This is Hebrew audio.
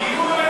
גיור,